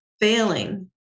failing